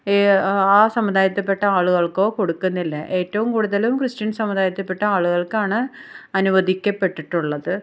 ആ സമുദായത്തിപ്പെട്ട ആളുകൾക്കോ കൊടുക്കുന്നില്ല ഏറ്റവും കൂടുതൽ ക്രിസ്ത്യൻ സമുദായത്തിൽപ്പെട്ട ആളുകൾക്കാണ് അനുവദിക്കപ്പെട്ടിട്ടുള്ളത്